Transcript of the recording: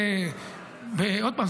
עוד פעם,